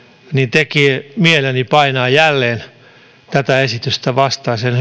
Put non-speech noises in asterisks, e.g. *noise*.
tekee mieleni painaa jälleen tätä esitystä vastaan sen *unintelligible*